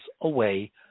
away